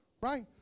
right